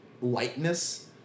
lightness